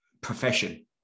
profession